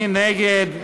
מי נגד?